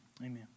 Amen